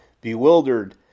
bewildered